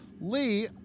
Lee